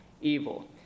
evil